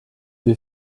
wie